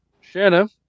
Shanna